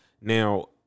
Now